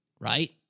right